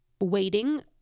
waiting